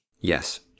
Yes